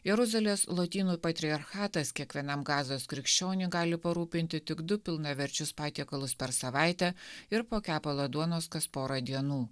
jeruzalės lotynų patriarchatas kiekvienam gazos krikščioniui gali parūpinti tik du pilnaverčius patiekalus per savaitę ir po kepalą duonos kas porą dienų